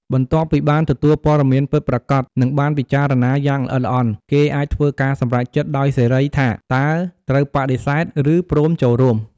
បន្ទាប់ពីបានទទួលព័ត៌មានពិតប្រាកដ និងបានពិចារណាយ៉ាងល្អិតល្អន់ គេអាចធ្វើការសម្រេចចិត្តដោយសេរីថា តើត្រូវបដិសេធ ឬព្រមចូលរួម។